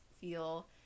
feel